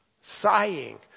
sighing